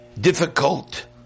difficult